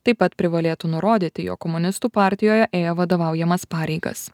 taip pat privalėtų nurodyti jog komunistų partijoje ėjo vadovaujamas pareigas